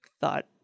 thought